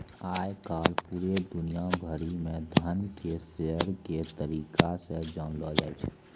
आय काल पूरे दुनिया भरि म धन के शेयर के तरीका से जानलौ जाय छै